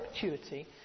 perpetuity